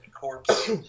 corpse